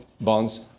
bonds